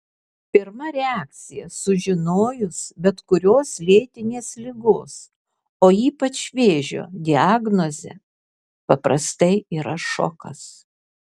pirma reakcija sužinojus bet kurios lėtinės ligos o ypač vėžio diagnozę paprastai yra šokas